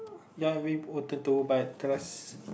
ya very important too but trust